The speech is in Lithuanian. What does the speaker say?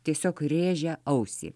tiesiog rėžia ausį